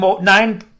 nine